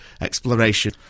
exploration